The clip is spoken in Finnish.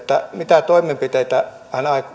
mitä toimenpiteitä